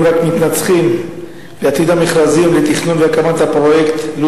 וגורמים רבים,